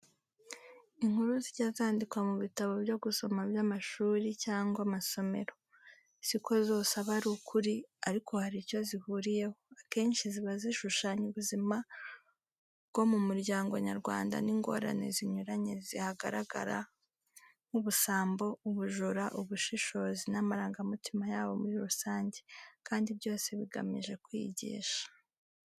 Inkuru zijya zandikwa mu bitabo byo gusoma by'amashuri cyangwa amasomero, si ko zose aba ari ukuri ariko hari icyo zihuriyeho, akenshi ziba zishushanya ubuzima bwo mu muryango nyarwanda n'ingorane zinyuranye zihagaragara nk'ubusambo, ubujura, ubushishozi n'amarangamutima yabo muri rusange, kandi byose bigamije kwigisha.